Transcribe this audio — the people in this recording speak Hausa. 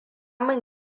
min